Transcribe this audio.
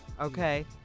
Okay